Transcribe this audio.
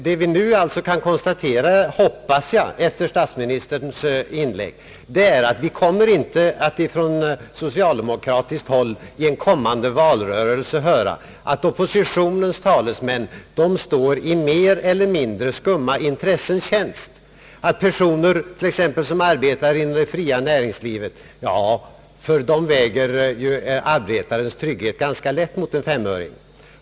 Jag hoppas dock att vi nu efter statsministerns anförande kan konstatera att vi i en kommande valrörelse inte från socialdemokratiskt håll kommer att få höra att oppositionens talesmän står i mer eller mindre skumma intressens tjänst, att personer som arbetar inom det fria näringslivet låter arbetarens trygghet väga ganska lätt mot en femöring.